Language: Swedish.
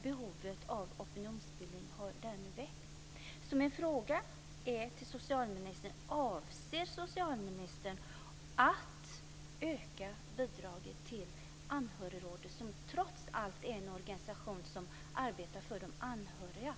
Behovet av opinionsbildning har därmed väckts.